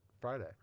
Friday